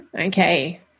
Okay